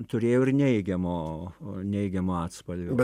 turėjo ir neigiamo neigiamo atspalvio